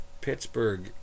Pittsburgh